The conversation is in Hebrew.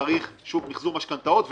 צריך שוק מחזור משכנתאות,